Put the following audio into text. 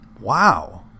Wow